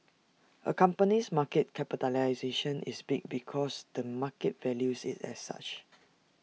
A company's market capitalisation is big because the market values IT as such